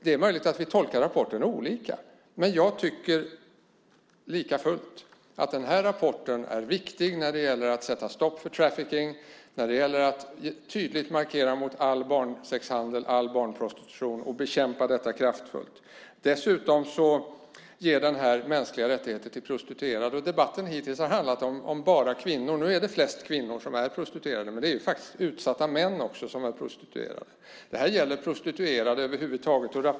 Det är möjligt att vi tolkar rapporten olika, men jag tycker likafullt att den här rapporten är viktig när det gäller att sätta stopp för trafficking och när det gäller att tydligt markera mot all barnsexhandel och barnprostitution och att bekämpa detta kraftfullt. Dessutom ger den mänskliga rättigheter till prostituerade. Debatten har hittills handlat uteslutande om kvinnor. Nu är det flest kvinnor som är prostituerade, men det finns ju faktiskt också utsatta män som är prostituerade. Det här gäller prostituerade över huvud taget.